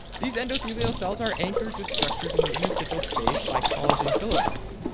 these endothelial cells are anchored to structures in the interstitial space by collagen filaments,